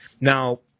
Now